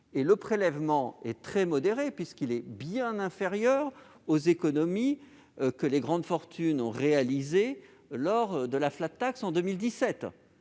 Le prélèvement envisagé est très modéré, puisqu'il est bien inférieur aux économies que les grandes fortunes ont réalisées dans le cadre de la en 2017.